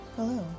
Hello